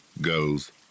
goes